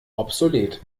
obsolet